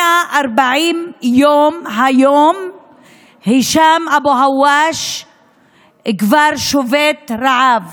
140 יום היום הישאם אבו הואש כבר שובת רעב.